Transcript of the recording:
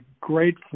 great